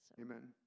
Amen